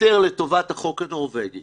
התפטר לטובת החוק הנורבגי